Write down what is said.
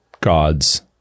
God's